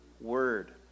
word